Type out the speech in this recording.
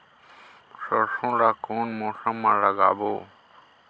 सरसो ला कोन मौसम मा लागबो?